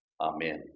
Amen